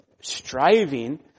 striving